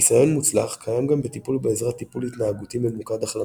ניסיון מוצלח קיים גם בטיפול בעזרת טיפול התנהגותי ממוקד החלמה.